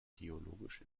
geologisch